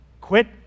Quit